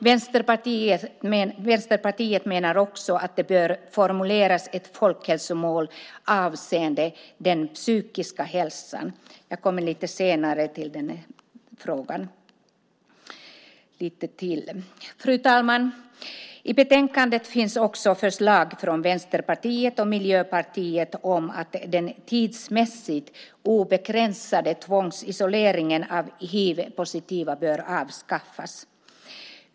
Vänsterpartiet menar också att det bör formuleras ett folkhälsomål avseende den psykiska hälsan. Jag återkommer lite senare till den frågan. Fru talman! I betänkandet finns också förslag från Vänsterpartiet och Miljöpartiet om att den tidsmässigt obegränsade tvångsisoleringen av hivpositiva bör avskaffas.